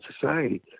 society